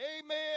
Amen